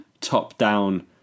top-down